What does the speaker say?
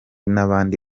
n’abandi